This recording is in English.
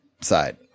side